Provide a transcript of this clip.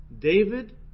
David